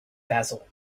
basil